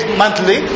monthly